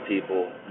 people